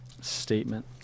statement